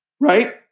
right